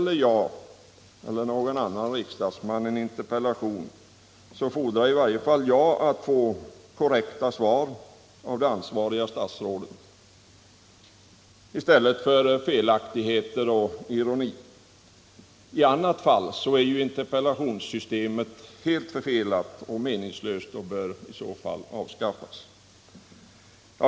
När jag eller någon annan riksdagsman ställer en interpellation fordrar i varje fall jag att det ansvariga statsrådet kommer med korrekta svar i stället för med felaktigheter och ironi. I annat fall är ju interpellationssystemet helt förfelat och meningslöst och bör avskaffas.